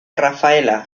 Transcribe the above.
rafaela